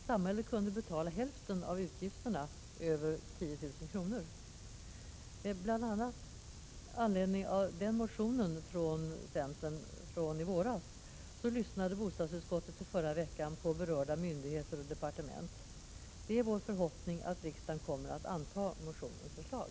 Samhället kunde betala hälften av utgifterna över 10 000 kr. Bl. a. med anledning av en motion från centern i våras lyssnade bostadsutskottet i förra veckan på berörda myndigheter och departement. Det är vår förhoppning att riksdagen kommer att anta motionens förslag.